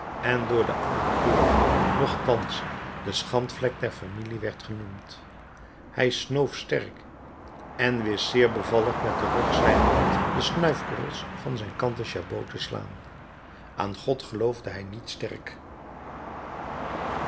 en door den ouden burger nochtans de schandvlek der familie werd genoemd hij snoof sterk en wist zeer bevallig met den rug zijner hand de snuifkorrels van zijn kanten chabot te slaan aan god geloofde hij niet sterk